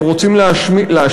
הם רוצים להשפיע,